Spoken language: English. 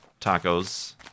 tacos